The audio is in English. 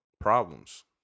problems